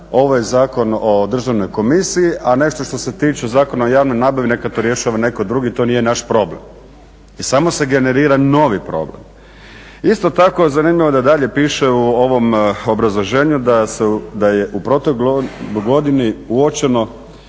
ovaj Zakon o Državnoj komisiji, a nešto što se tiče Zakona o javnoj nabavi neka to rješava netko drugi, to nije naš problem. I samo se generira novi problem. Isto tako, zanimljivo je da dalje piše u ovom obrazloženju da je u protekloj godini uočen